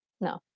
no